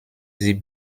sie